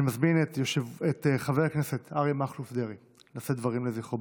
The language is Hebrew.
אני מזמין את חבר הכנסת אריה מכלוף דרעי לשאת דברים לזכרו.